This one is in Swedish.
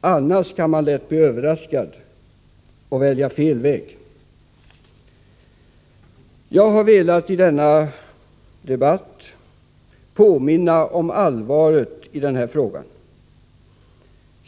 annars kan man lätt bli överraskad och välja fel väg. Jag har i denna debatt velat påminna om allvaret i frågan.